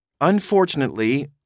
Unfortunately